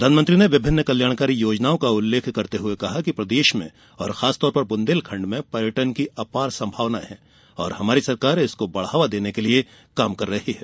प्रधानमंत्री ने विभिन्न कल्याणकारी योजनाओं का उल्लेख करते हुये कहा कि प्रदेश में और खासतौर पर बुदेलखंड में पर्यटन की अपार संभावनायें है और हमारी सरकार इसको बढ़ावा देने के लिये काम कर रही है